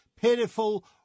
pitiful